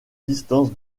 distance